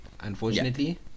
Unfortunately